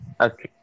Okay